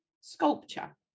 sculpture